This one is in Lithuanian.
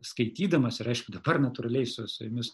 skaitydamas ir aišku dabar natūraliai su su jumis